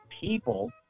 people